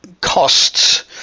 costs